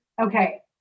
Okay